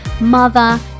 mother